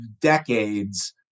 decades